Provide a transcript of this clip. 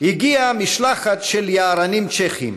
הגיעה משלחת של יערנים צ'כים.